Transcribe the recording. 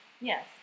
Yes